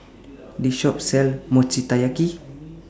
This Shop sells Mochi Taiyaki